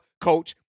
coach